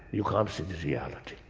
you can't reality.